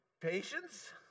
patience